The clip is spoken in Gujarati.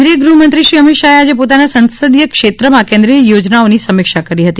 કેન્દ્રીય ગૃહમંત્રી શ્રી અમિત શાહે આજે પોતાના સંસદીય ક્ષેત્રમાં કેન્દ્રીય યોજનાઓની સમીક્ષા કરી હતી